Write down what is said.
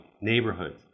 neighborhoods